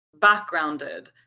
backgrounded